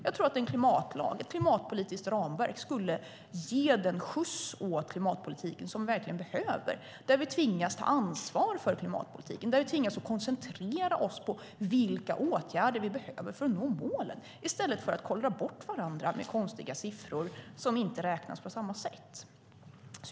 Jag tror att en klimatlag, ett klimatpolitiskt ramverk, skulle ge den skjuts åt klimatpolitiken som vi verkligen behöver, där vi tvingas ta ansvar för klimatpolitiken, där vi tvingas koncentrera oss på vilka åtgärder vi behöver för att nå målen, i stället för att kollra bort varandra med konstiga siffror som inte räknas på samma sätt.